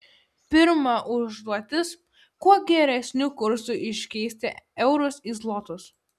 pirma užduotis kuo geresniu kursu iškeisti eurus į zlotus